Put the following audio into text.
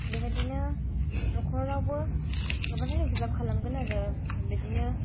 बेबादिनो नखरावबो गोबांथार हेफाजाब खालामगोन आरो बिदिनो